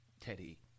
Teddy